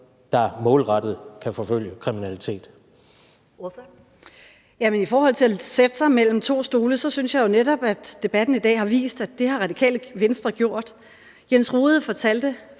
Pernille Vermund (NB): I forhold til at sætte sig mellem to stole synes jeg netop, at debatten i dag har vist, at det har Det Radikale Venstre gjort. Jens Rohde fortalte